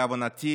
להבנתי,